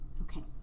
Okay